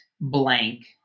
blank